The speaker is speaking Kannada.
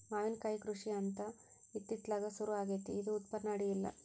ಮಾವಿನಕಾಯಿ ಕೃಷಿ ಅಂತ ಇತ್ತಿತ್ತಲಾಗ ಸುರು ಆಗೆತ್ತಿ ಇದು ಉತ್ಪನ್ನ ಅಡಿಯಿಲ್ಲ